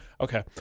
Okay